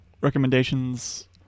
recommendations